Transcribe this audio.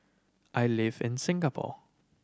I live in Singapore